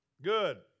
Good